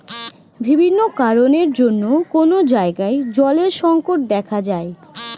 বিভিন্ন কারণের জন্যে কোন জায়গায় জলের সংকট দেখা যায়